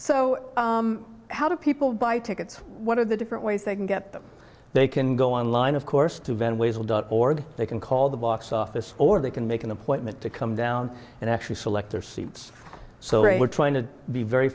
so how do people buy tickets what are the different ways they can get them they can go online of course to van ways org they can call the box office or they can make an appointment to come down and actually select their seats so we're trying to be very